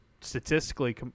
statistically